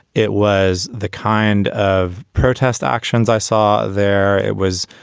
it was the kind of protest actions i saw there. it was,